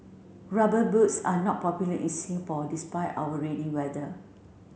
rubber boots are not popular in Singapore despite our rainy weather